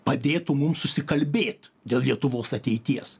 padėtų mum susikalbėt dėl lietuvos ateities